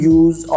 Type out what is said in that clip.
use